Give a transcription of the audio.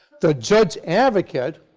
the judge advocate